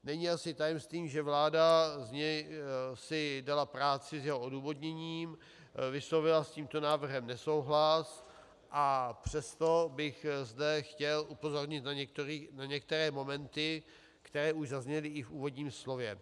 Není asi tajemstvím, že vláda si dala práci s jeho odůvodněním, vyslovila s tímto návrhem nesouhlas, a přesto bych zde chtěl upozornit na některé momenty, které už zazněly v úvodním slově.